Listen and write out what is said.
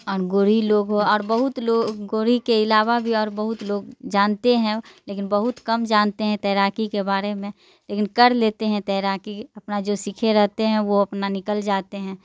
اور گورھی لوگ ہو اور بہت لوگ گورھی کے علاوہ بھی اور بہت لوگ جانتے ہیں لیکن بہت کم جانتے ہیں تیراکی کے بارے میں لیکن کر لیتے ہیں تیراکی اپنا جو سیکھے رہتے ہیں وہ اپنا نکل جاتے ہیں